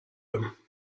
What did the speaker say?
him